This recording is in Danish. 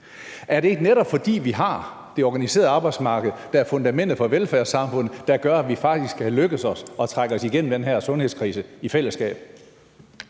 Er det ikke netop, fordi vi har det organiserede arbejdsmarked, der er fundamentet for velfærdssamfundet, at det faktisk er lykkedes os at trække os igennem den her sundhedskrise i fællesskab?